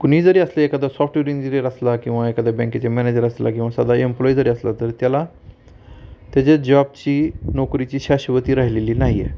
कुणीही जरी असले एखादा सॉफ्टवेअर इंजिनीअर असला किंवा एखादा बँकेचा मॅनेजर असला किंवा साधा एम्प्लॉई जरी असला तर त्याला त्याच्या जॉबची नोकरीची शाश्वती राहिलेली नाही आहे